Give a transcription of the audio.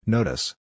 Notice